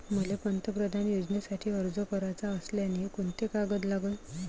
मले पंतप्रधान योजनेसाठी अर्ज कराचा असल्याने कोंते कागद लागन?